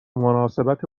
مناسبت